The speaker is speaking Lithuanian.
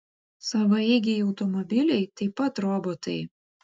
savaeigiai automobiliai taip pat robotai